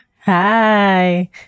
Hi